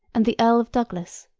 and the earl of douglas,